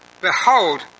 Behold